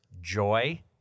joy